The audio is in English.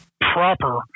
proper